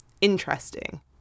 interesting